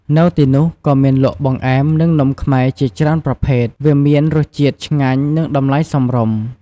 នៅទីនោះក៏មានលក់ បង្អែម និងនំខ្មែរ ជាច្រើនប្រភេទ វាមានរសជាតិឆ្ងាញ់ និង តម្លៃសមរម្យ។